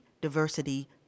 diversity